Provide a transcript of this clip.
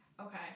Okay